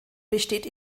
besteht